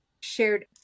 shared